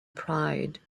pride